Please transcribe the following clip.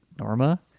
norma